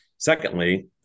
Secondly